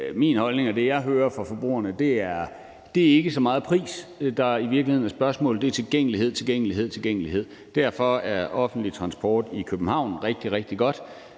synes jeg, at det, jeg hører fra forbrugerne, er, at det i virkeligheden ikke så meget er pris, der er spørgsmålet; det er tilgængelighed, tilgængelighed, tilgængelighed. Derfor er offentlig transport i København rigtig, rigtig godt,